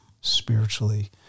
spiritually